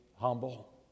humble